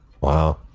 Wow